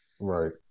Right